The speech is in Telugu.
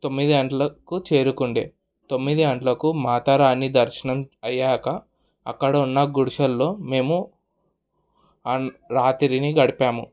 తొమ్మిది గంటలకు చేరుకుండే తొమ్మిది గంటలకు మాతా రాణి దర్శనం అయ్యాకా అక్కడున్న గుడిసెల్లో మేము అండ్ రాత్రిని గడిపాము